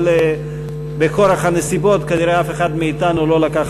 אבל בכורח הנסיבות כנראה אף אחד מאתנו לא לקח